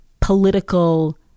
political